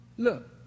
Look